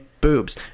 boobs